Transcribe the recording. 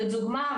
לדוגמא,